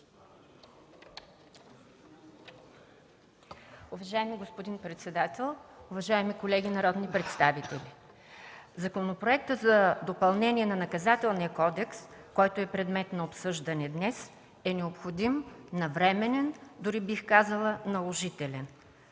Уважаеми господин председател, уважаеми колеги народни представители! Законопроектът за допълнение на Наказателния кодекс, който е предмет на обсъждане днес, е необходим, навременен, дори бих казала наложителен.